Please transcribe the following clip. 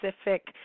specific